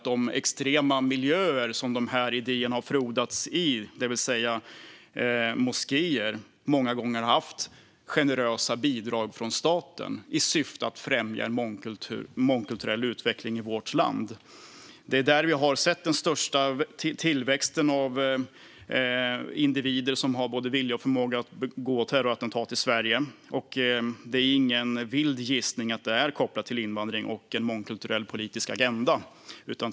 De extrema miljöer som de här idéerna har frodats i, det vill säga moskéer, har många gånger haft generösa bidrag från staten i syfte att främja en mångkulturell utveckling i vårt land. Det är där vi har sett den största tillväxten av individer som har både vilja och förmåga att begå terrorattentat i Sverige, och det är ingen vild gissning att det är kopplat till invandring och en mångkulturell politisk agenda.